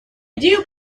идею